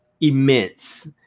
immense